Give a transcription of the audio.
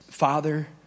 Father